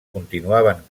continuaven